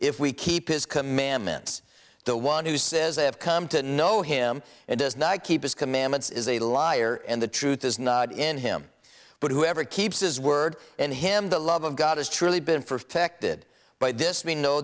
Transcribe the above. if we keep his commandments the one who says i have come to know him and does not keep his commandments is a liar and the truth is not in him but whoever keeps his word and him the love of god has truly been for affected by this me know